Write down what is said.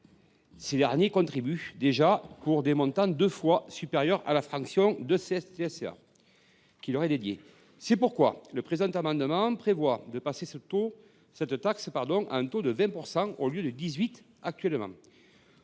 ces derniers contribuent déjà pour des montants deux fois supérieurs à la fraction de TSCA qui leur est affectée. C’est pourquoi le présent amendement prévoit de porter à 20 %, au lieu de 18 % actuellement,